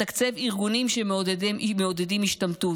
מתקצב ארגונים שמעודדים השתמטות,